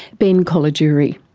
ben colagiuri.